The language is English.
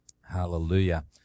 Hallelujah